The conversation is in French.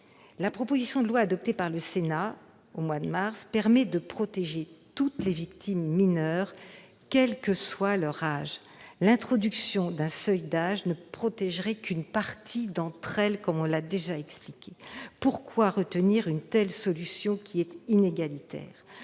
La proposition de loi adoptée par le Sénat au mois de mars 2018 permet de protéger toutes les victimes mineures, quel que soit leur âge. L'introduction d'un seuil d'âge ne protégerait qu'une partie d'entre elles. Pourquoi retenir une telle solution inégalitaire ?